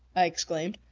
i exclaimed.